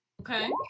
Okay